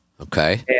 Okay